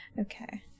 okay